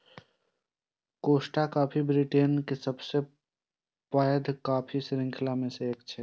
Costa coffee Britain के सबसं पैघ कॉफी शृंखला मे सं एक छियै